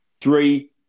Three